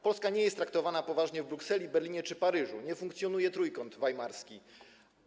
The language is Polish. Polska nie jest traktowana poważnie w Brukseli, Berlinie czy Paryżu, nie funkcjonuje Trójkąt Weimarski.